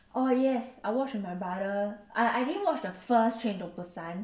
oh yes I watch with my bother I I didn't watch the first train to busan